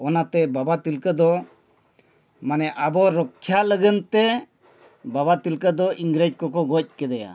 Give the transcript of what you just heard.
ᱚᱱᱟᱛᱮ ᱵᱟᱵᱟ ᱛᱤᱞᱠᱟᱹ ᱫᱚ ᱢᱟᱱᱮ ᱟᱵᱚ ᱨᱚᱠᱷᱟ ᱞᱟᱹᱜᱤᱫ ᱛᱮ ᱵᱟᱵᱟ ᱛᱤᱞᱠᱟᱹ ᱫᱚ ᱤᱝᱨᱮᱡᱽ ᱠᱚᱠᱚ ᱜᱚᱡ ᱠᱮᱫᱮᱭᱟ